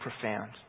profound